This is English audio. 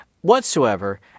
whatsoever